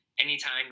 anytime